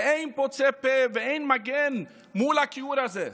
ואין פוצה פה ואין מגן מול הכיעור הזה.